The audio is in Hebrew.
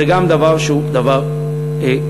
זה גם דבר שהוא דבר גדול.